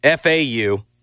FAU